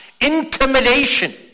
intimidation